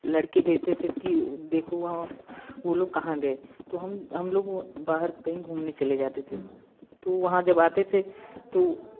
लड़के भेजते थे कि उ देखो वहाँ वो लोग कहाँ गए तो हम हम लोग बाहर कहीं घूमने चले जाते थे तो वहाँ जब आते थे तो